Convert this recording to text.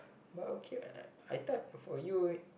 but okay what I thought for you